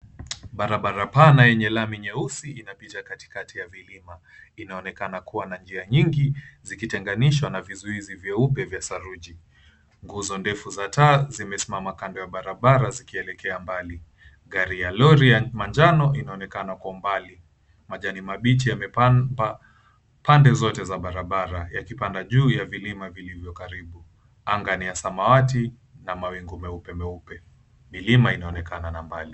Barabara pana yenye lami nyeusi inapita katikati ya vilima. Inaonekana kuwa na njia nyingi zikitenganishwa na vizuizi vyeupe vya saruji. Nguzo refu za taa zimesimama kando ya barabara zikielekea mbali. Gari ya lori ya manjano inaonekana kwa mbali. Majani mabichi yamepamba pande zote za barabara yakipanda juu ya vilima vilivyo karibu. Anga ni ya samawati na mawingu meupemeupe. Milima na mbali.